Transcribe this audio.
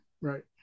Right